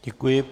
Děkuji.